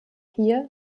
hier